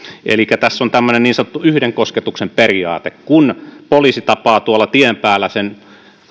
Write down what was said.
elikkä tässä on tämmöinen niin sanottu yhden kosketuksen periaate kun poliisi tapaa tuolla tien päällä sen